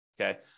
Okay